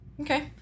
Okay